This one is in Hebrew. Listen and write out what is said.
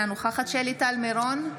אינה נוכחת שלי טל מירון,